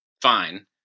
fine